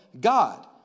God